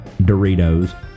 Doritos